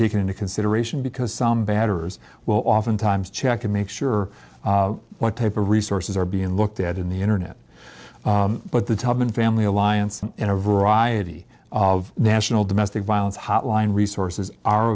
taken into consideration because some batters will oftentimes check to make sure what type of resources are being looked at in the internet but the tubman family alliances in a variety of national domestic violence hotline resources are